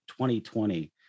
2020